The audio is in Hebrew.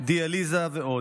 דיאליזה ועוד.